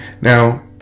Now